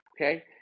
okay